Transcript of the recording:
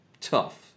tough